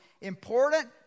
important